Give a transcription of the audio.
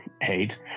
hate